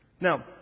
Now